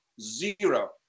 zero